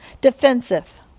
defensive